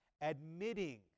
Admitting